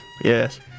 Yes